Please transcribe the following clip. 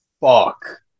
fuck